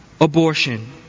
abortion